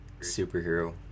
superhero